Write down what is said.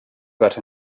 but